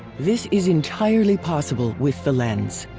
this is entirely possible with the lens.